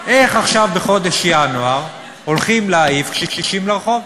איך עכשיו בחודש ינואר הולכים להעיף קשישים לרחוב?